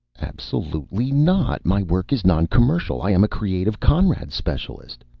absolutely not! my work is noncommercial. i am a creative conrad specialist.